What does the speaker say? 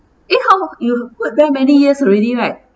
eh how you worked there many years already right